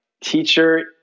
teacher